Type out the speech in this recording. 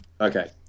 Okay